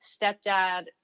stepdad